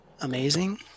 amazing